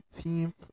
18th